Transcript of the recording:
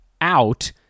out